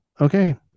Okay